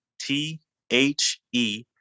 T-H-E